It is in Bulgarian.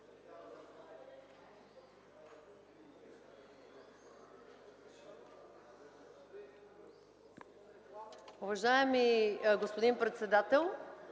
Уважаеми господин председател,